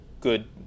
good